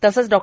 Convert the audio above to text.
तसेच डॉ